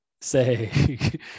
say